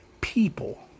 people